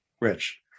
Rich